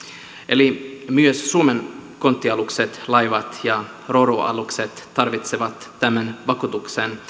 eli myös suomen konttialukset laivat ja ro ro alukset tarvitsevat tämän vakuutuksen